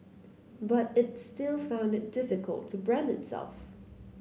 but it still found it difficult to brand itself